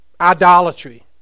idolatry